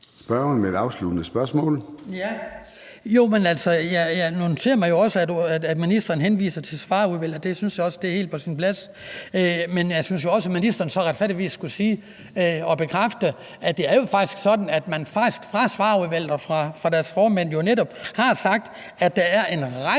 Jeg noterer mig jo også, at ministeren henviser til Svarerudvalget, og det synes jeg også er helt på sin plads. Men jeg synes jo også, at ministeren retfærdigvis skulle sige og bekræfte, at det jo faktisk er sådan, at Svarerudvalget og deres formand netop har sagt, at der er en række